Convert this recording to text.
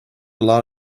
lot